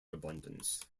abundance